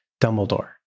Dumbledore